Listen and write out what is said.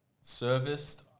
Serviced